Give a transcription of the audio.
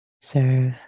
serve